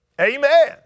Amen